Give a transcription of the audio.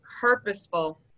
purposeful